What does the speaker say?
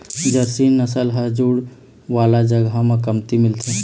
Jersey नसल ह जूड़ वाला जघा म कमती मिलथे